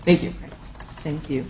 thank you thank you